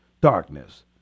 darkness